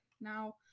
now